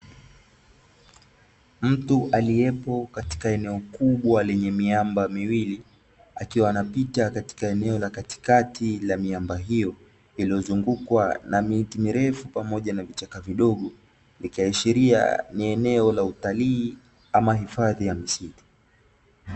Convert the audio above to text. Mtu aliyepo katika eneo kubwa lenye miamba miwili, akiwa anapita katika eneo la katikati la miamba hiyo, lililozungukwa na miti mirefu pamoja na vichaka vidogo, vikiashiria ni eneo la utalii ama hifadhi ya misitu.